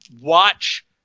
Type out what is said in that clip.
watch